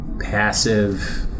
passive